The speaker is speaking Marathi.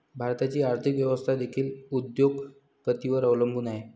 भारताची आर्थिक व्यवस्था देखील उद्योग पतींवर अवलंबून आहे